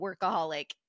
workaholic